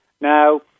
Now